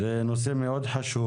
זה נושא חשוב מאוד,